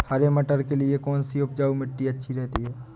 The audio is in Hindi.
हरे मटर के लिए कौन सी उपजाऊ मिट्टी अच्छी रहती है?